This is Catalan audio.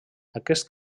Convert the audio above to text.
aquest